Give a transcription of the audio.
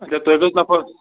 اَچھا تُہۍ کٔژ نَفَر